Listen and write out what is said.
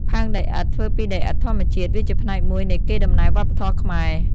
ផើងដីឥដ្ឋធ្វើពីដីឥដ្ឋធម្មជាតិ វាជាផ្នែកមួយនៃកេរដំណែលវប្បធម៌ខ្មែរ។